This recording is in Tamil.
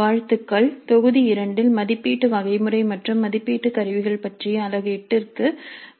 வாழ்த்துக்கள் தொகுதி இரண்டில் மதிப்பீட்டு வகைமுறை மற்றும் மதிப்பீட்டு கருவிகள் பற்றிய அலகு 8 க்கு